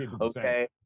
Okay